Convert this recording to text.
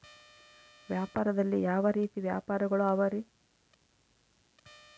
ವ್ಯಾಪಾರದಲ್ಲಿ ಯಾವ ರೇತಿ ವ್ಯಾಪಾರಗಳು ಅವರಿ?